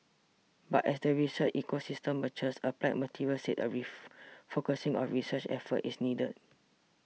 but as the research ecosystem matures Applied Materials said a refocusing of research efforts is needed